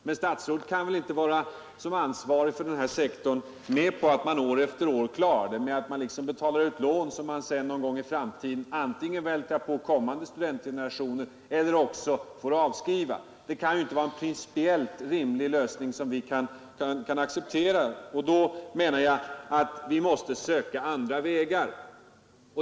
Men statsrådet kan väl inte, som ansvarig för denna sektor, gå med på att år efter år bevilja lån, som i framtiden antingen får vältras över på kommande studentgenerationer eller avskrivas. Jag kan inte acceptera detta som en principiellt riktig lösning, utan vi anser att man måste söka andra vägar.